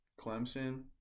Clemson